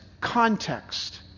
context